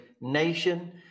nation